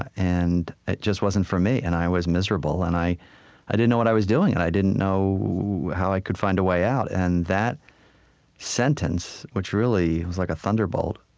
and it just wasn't for me. and i was miserable. and i i didn't know what i was doing. and i didn't know how i could find a way out. and that sentence, which really was like a thunderbolt,